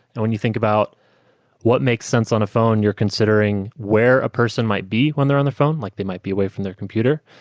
and when you think about what makes sense on a phone, you're considering where a person might be when they're on the phone, like they might be away from their computer.